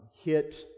hit